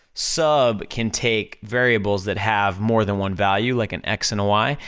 sub can take variables that have more than one value, like an x and a y,